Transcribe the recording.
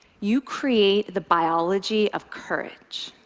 you create the biology of courage.